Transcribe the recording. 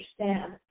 understand